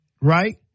Right